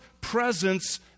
presence